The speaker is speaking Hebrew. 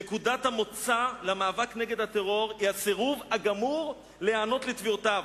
נקודת המוצא למאבק נגד הטרור היא הסירוב הגמור להיענות לתביעותיו,